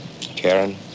Karen